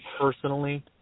personally